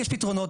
יש פתרונות.